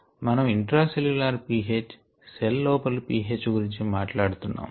మనం intracellular pH cell లోపలి pH గురించి మాట్లాడుతున్నాం